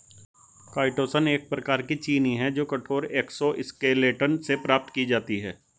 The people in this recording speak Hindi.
काईटोसन एक प्रकार की चीनी है जो कठोर एक्सोस्केलेटन से प्राप्त की जाती है